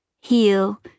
heal